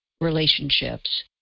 relationships